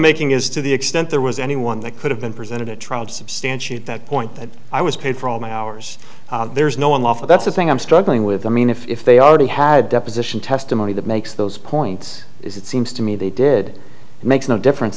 making is to the extent there was anyone that could have been presented at trial to substantiate that point that i was paid for all my hours there's no one off that's the thing i'm struggling with i mean if they already had deposition testimony that makes those points it seems to me they did it makes no difference